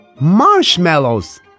Marshmallows